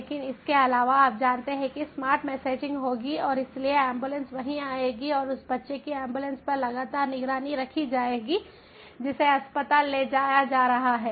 लेकिन इसके अलावा आप जानते हैं कि स्मार्ट मैसेजिंग होगी और इसलिए एंबुलेंस वहाँ आएगी और उस बच्चे की एम्बुलेंस पर लगातार निगरानी रखी जाएगी जिसे अस्पताल ले जाया जा रहा है